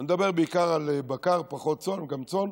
אני מדבר בעיקר על בקר, פחות צאן, גם צאן,